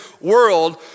world